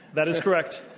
that is correct.